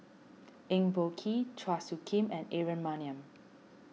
Eng Boh Kee Chua Soo Khim and Aaron Maniam